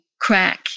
crack